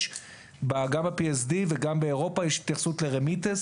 גם ב-PSD וגם באירופה יש התייחסות ל- Remittance,